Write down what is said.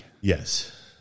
Yes